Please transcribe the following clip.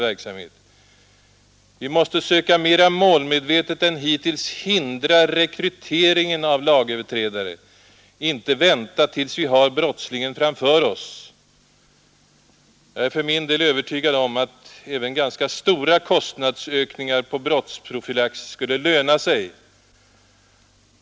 Vi måste söka mera målmedvetet än hittills hindra rekryteringen av lagöverträdare, inte vänta tills vi har brottslingen framför oss. Jag är för min del övertygad om att även ganska stora kostnadsökningar på brottsprofylax skulle löna sig.